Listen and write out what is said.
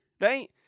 right